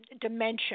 Dimension